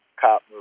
cop